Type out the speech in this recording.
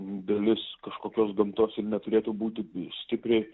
dalis kažkokios gamtos ir neturėtų būti stipriai